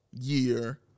year